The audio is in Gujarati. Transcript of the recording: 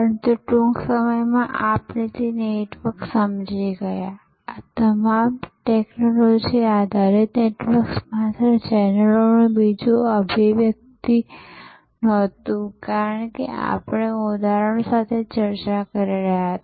પરંતુ ટૂંક સમયમાં આપણે તે નેટવર્ક સમજી ગયા આ તમામ ટેક્નોલોજી આધારિત નેટવર્ક્સ માત્ર ચેનલોનું બીજું અભિવ્યક્તિ નહોતું કારણ કે આપણે ઉદાહરણો સાથે ચર્ચા કરી રહ્યા હતા